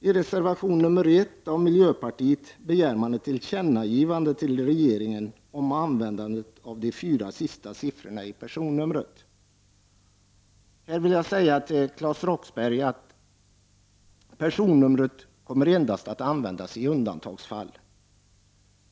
I reservation nr 1 av miljöpartiet begär man ett tillkännagivande till regeringen om användningen av de fyra sista siffrorna i personnumren. Här vill jag till Claes Roxbergh säga att personnummer endast kommer att användas i undantagsfall.